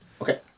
Okay